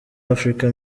africa